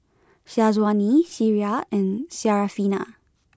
Syazwani Syirah and Syarafina